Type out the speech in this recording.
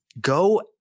go